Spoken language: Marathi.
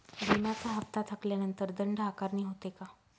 विम्याचा हफ्ता थकल्यानंतर दंड आकारणी होते का?